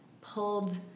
pulled